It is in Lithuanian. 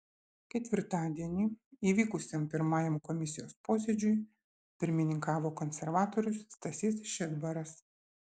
ketvirtadienį įvykusiam pirmajam komisijos posėdžiui pirmininkavo konservatorius stasys šedbaras